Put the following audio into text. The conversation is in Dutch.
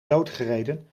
doodgereden